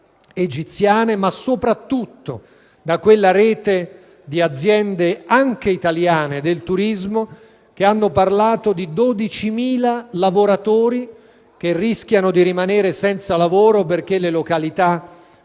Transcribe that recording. egiziane, ma soprattutto da quella rete di aziende, anche italiane, del turismo, che hanno parlato di 12.000 lavoratori che rischiano di rimanere senza lavoro, perché le località